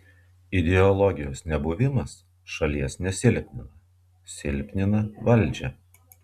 ideologijos nebuvimas šalies nesilpnina silpnina valdžią